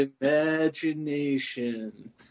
Imagination